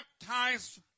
baptized